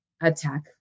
attack